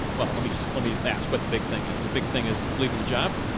well, let me just, let me me ask what the big thing is. the big thing is leaving the job.